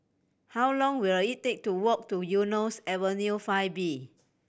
how long will it take to walk to Eunos Avenue Five B